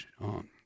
on